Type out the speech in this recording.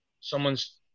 someone's